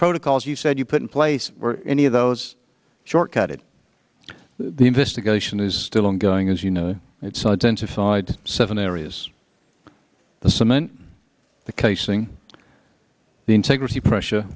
protocols you said you put in place where any of those short cut it the investigation is still ongoing as you know it's identified seven areas the cement the casing the integrity pressure